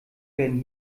werden